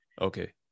Okay